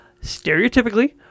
stereotypically